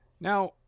Now